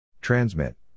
Transmit